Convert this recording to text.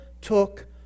took